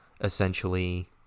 essentially